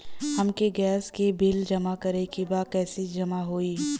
हमके गैस के बिल जमा करे के बा कैसे जमा होई?